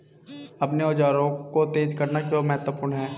अपने औजारों को तेज करना क्यों महत्वपूर्ण है?